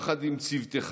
יחד עם צוותך,